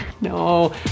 No